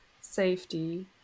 safety